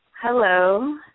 Hello